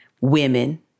women